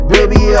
Baby